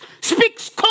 speaks